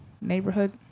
neighborhood